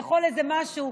לאכול איזה משהו.